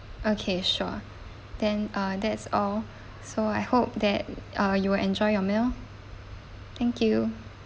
okay sure then uh that's all so I hope that uh you will enjoy your meal thank you